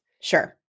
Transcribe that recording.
sure